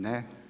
Ne.